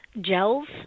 gels